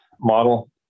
model